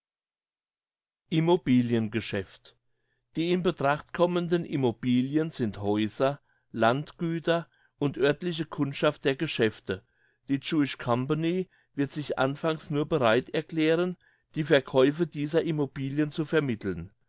immobiliengeschäft die in betracht kommenden immobilien sind häuser landgüter und örtliche kundschaft der geschäfte die jewish company wird sich anfangs nur bereit erklären die verkäufe dieser immobilien zu vermitteln